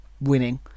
winning